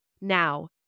Now